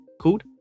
called